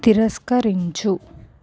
తిరస్కరించు